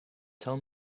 tell